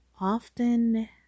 often